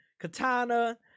katana